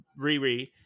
RiRi